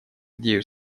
идею